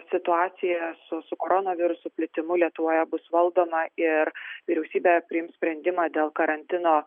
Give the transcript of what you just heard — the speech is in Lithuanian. situacija su su koronaviruso plitimu lietuvoje bus valdoma ir vyriausybė priims sprendimą dėl karantino